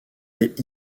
est